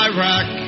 Iraq